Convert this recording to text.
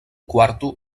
quarto